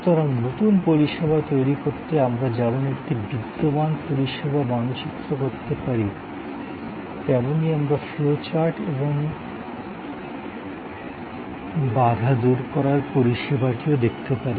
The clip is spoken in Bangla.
সুতরাং নতুন পরিষেবা তৈরি করতে আমরা যেমন একটি বিদ্যমান পরিষেবা মানচিত্র করতে পারি তেমনই আমরা ফ্লো চার্ট এবং ডিবোলেটনেক পরিষেবাটিও দেখতে পারি